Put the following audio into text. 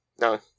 No